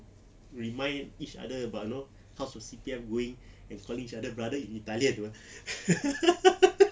remind each other about know how your C_P_F going and calling each other brother in italian [pe]